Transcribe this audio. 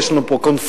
יש לנו פה קונפליקט.